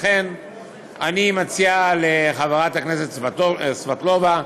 לכן אני מציע לחברת הכנסת סבטלובה,